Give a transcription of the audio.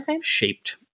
shaped